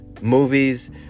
Movies